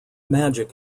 magic